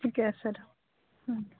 ঠিকে আছে দক